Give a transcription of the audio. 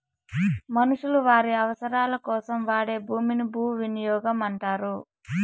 మనుషులు వారి అవసరాలకోసం వాడే భూమిని భూవినియోగం అంటారు